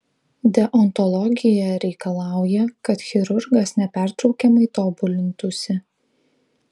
deontologija reikalauja kad chirurgas nepertraukiamai tobulintųsi